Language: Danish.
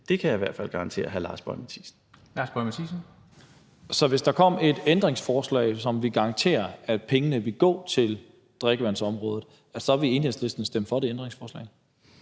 Boje Mathiesen. Kl. 11:29 Lars Boje Mathiesen (NB): Hvis der kom et ændringsforslag, som ville garantere, at pengene ville gå til drikkevandsområdet, ville Enhedslisten så stemme for det ændringsforslag?